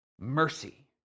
mercy